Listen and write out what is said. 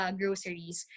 groceries